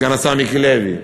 סגן השר מיקי לוי,